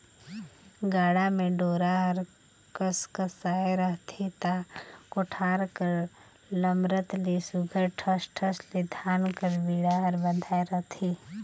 गाड़ा म डोरा हर कसकसाए रहथे ता कोठार कर लमरत ले सुग्घर ठस ठस ले धान कर बीड़ा हर बंधाए रहथे